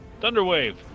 Thunderwave